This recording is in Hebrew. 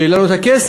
שיהיה לנו את הכסף